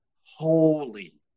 holy